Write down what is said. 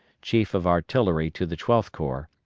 chief of artillery to the twelfth corps,